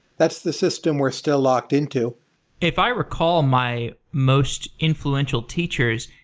that's the system we're still locked into if i recall my most influential teachers,